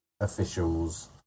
officials